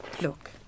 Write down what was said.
Look